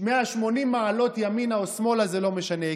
180 מעלות ימינה או שמאלה, זה לא משנה.